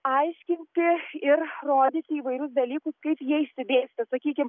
aiškinti ir rodyti įvairius dalykus kaip jie išsidėstę sakykim